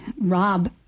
Rob